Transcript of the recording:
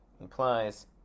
implies